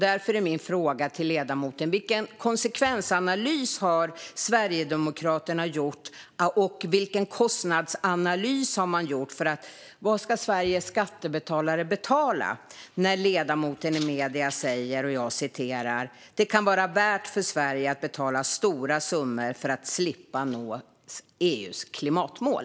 Därför är min fråga till ledamoten vilken konsekvensanalys Sverigedemokraterna har gjort. Och vilken kostnadsanalys har man gjort? Vad ska Sveriges skattebetalare betala? Ledamoten säger nämligen i medierna att det kan vara värt för Sverige att betala stora summor för att slippa nå EU:s klimatmål.